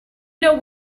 know